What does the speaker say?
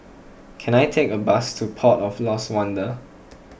can I take a bus to Port of Lost Wonder